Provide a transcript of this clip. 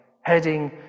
heading